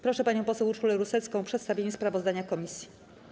Proszę panią poseł Urszulę Rusecką o przedstawienie sprawozdania komisji.